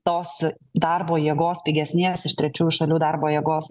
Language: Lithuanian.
tos darbo jėgos pigesnės iš trečiųjų šalių darbo jėgos